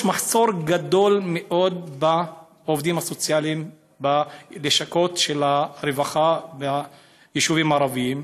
יש מחסור גדול מאוד בעובדים סוציאליים בלשכות הרווחה ביישובים הערביים,